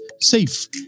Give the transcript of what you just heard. safe